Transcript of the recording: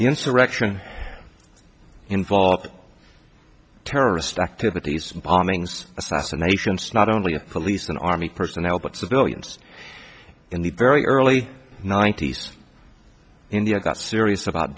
the insurrection involved in terrorist activities bombings assassinations not only police and army personnel but civilians in the very early ninety's india got serious about